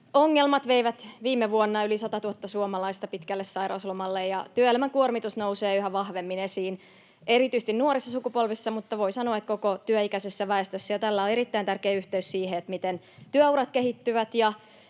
ongelmat veivät viime vuonna yli 100 000 suomalaista pitkälle sairauslomalle. Työelämän kuormitus nousee yhä vahvemmin esiin, erityisesti nuorissa sukupolvissa, mutta voi sanoa, että koko työikäisessä väestössä. Tällä on erittäin tärkeä yhteys siihen, miten työurat kehittyvät,